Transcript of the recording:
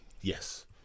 Yes